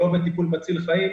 לא בטיפול מציל חיים,